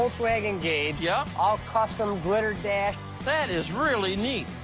volkswagen gauge. yep. all custom glitter dash. that is really neat.